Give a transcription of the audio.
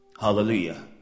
Hallelujah